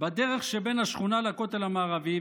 בדרך שבין השכונה לכותל המערבי,